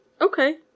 Okay